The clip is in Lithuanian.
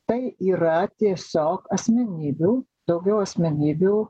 tai yra tiesiog asmenybių daugiau asmenybių